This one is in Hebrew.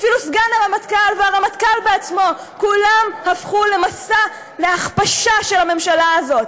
אפילו סגן הרמטכ"ל והרמטכ"ל בעצמו כולם במסע ההכפשה של הממשלה הזאת.